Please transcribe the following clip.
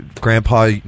Grandpa